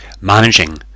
Managing